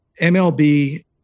MLB